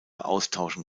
austauschen